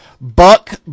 Buck